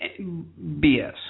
BS